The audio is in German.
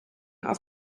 auf